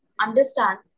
understand